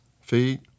feet